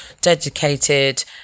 dedicated